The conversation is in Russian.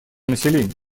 население